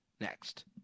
next